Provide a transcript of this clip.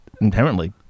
inherently